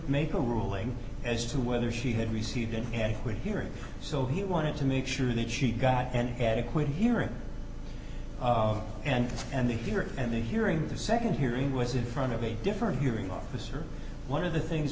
make a ruling as to whether she had received it and we're hearing so he wanted to make sure that she got an adequate hearing and and the theory and the hearing the nd hearing was in front of a different hearing officer one of the things